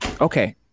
Okay